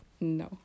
No